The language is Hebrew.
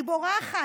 היא בורחת,